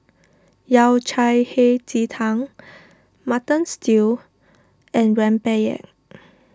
Yao Cai Hei Ji Tang Mutton Stew and Rempeyek